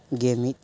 ᱜᱮ ᱢᱤᱫ